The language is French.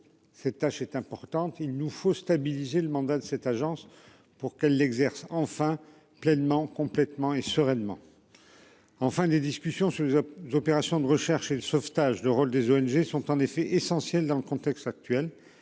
cette tâche est importante, il nous faut stabiliser le mandat de cette agence pour qu'elle exerce enfin pleinement, complètement et sereinement. Enfin des discussions sur les à d'opérations de recherche et de sauvetage de rôle des ONG sont en effet essentiel dans le contexte actuel,